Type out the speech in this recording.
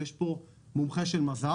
ויש פה מומחה של מז"פ.